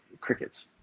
crickets